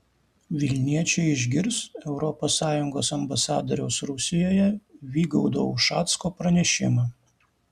vilniečiai išgirs europos sąjungos ambasadoriaus rusijoje vygaudo ušacko pranešimą